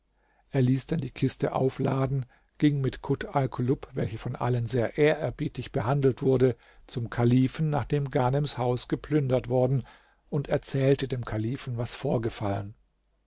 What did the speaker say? er ließ dann die kiste aufladen ging mit kut alkulub welche von allen sehr ehrerbietig behandelt wurde zum kalifen nachdem ghanems haus geplündert worden und erzählte dem kalifen was vorgefallen